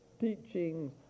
teaching